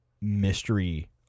mystery